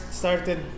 started